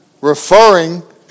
Referring